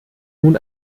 nun